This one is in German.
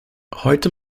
heute